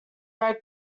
red